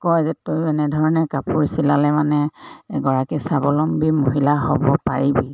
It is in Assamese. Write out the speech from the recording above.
কয় যে তইও এনেধৰণে কাপোৰ চিলালে মানে এগৰাকী স্বাৱলম্বী মহিলা হ'ব পাৰিবি